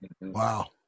Wow